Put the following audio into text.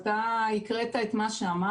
אתה הקראת את מה שאמרתי,